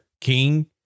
King